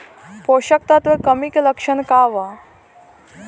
पोषक तत्व के कमी के लक्षण का वा?